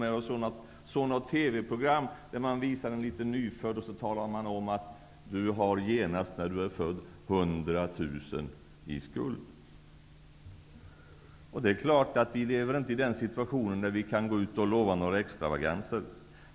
Jag såg ett TV-program där man visade ett litet nyfött barn och talade om att ett barn som föds genast har 100 000 kr i skuld. Vi lever inte i den situationen att vi kan gå ut och lova några extravaganser.